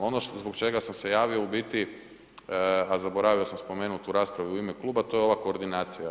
Ono zbog čega sam se javio u biti, a zaboravio sam spomenuti u raspravu u ime kluba, a to je ova koordinacija.